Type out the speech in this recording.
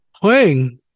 playing